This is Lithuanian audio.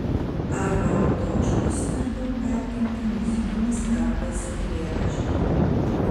aivarui dočkui svarbiau perteikti muzikinį skambesį eilėraštyje